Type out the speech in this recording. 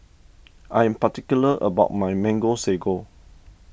I am particular about my Mango Sago